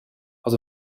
had